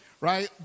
right